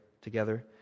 together